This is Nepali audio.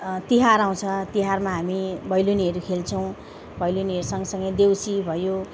तिहार आउँछ तिहारमा हामी भैलेनीहरू खेल्छौँ भैलेनीहरू सँगसँगै देउसी भयो